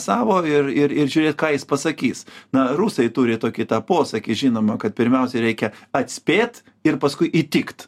savo ir ir ir žiūrėt ką jis pasakys na rusai turi tokį tą posakį žinoma kad pirmiausia reikia atspėt ir paskui įtikt